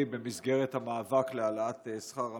במסגרת המאבק להעלאת שכר המינימום: